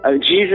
Jesus